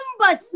number